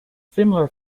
similar